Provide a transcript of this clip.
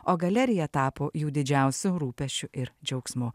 o galerija tapo jų didžiausiu rūpesčiu ir džiaugsmu